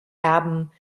erben